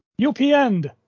UPN